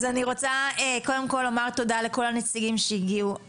אז אני רוצה קודם כל לומר תודה לכל הנציגים שהגיעו.